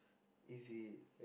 is it